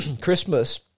christmas